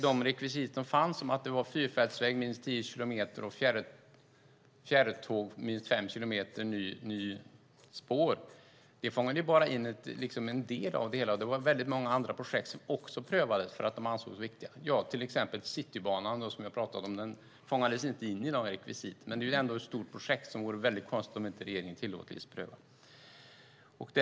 De rekvisit som fanns om att det var fyrfältsväg minst tio kilometer och fjärrtåg minst fem kilometer nytt spår fångade bara in en del av det hela. Det var väldigt många andra projekt som också prövades för att de ansågs viktiga, till exempel Citybanan som vi har pratat om. Den fångades inte in i de här rekvisiten, men det är ändå ett stort projekt som det vore väldigt konstigt om inte regeringen tillåtlighetsprövade.